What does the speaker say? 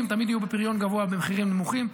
תמיד יהיו בפריון גבוה במחירים נמוכים,